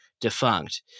defunct